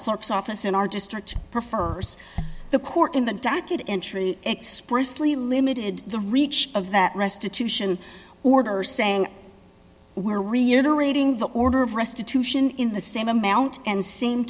clerk's office in our district prefers the court in the docket entry expressly limited the reach of that restitution order saying we're reiterating the order of restitution in the same amount and same